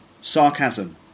Sarcasm